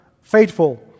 faithful